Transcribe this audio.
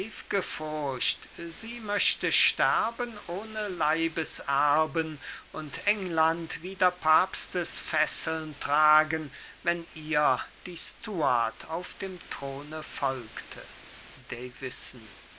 sie möchte sterben ohne leibeserben und england wieder papstes fesseln tragen wenn ihr die stuart auf dem throne folgte